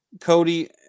Cody